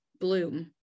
Bloom